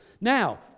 Now